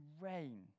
rain